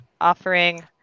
offering